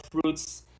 fruits